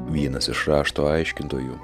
vienas iš rašto aiškintojų